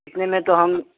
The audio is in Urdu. اتنے میں تو ہم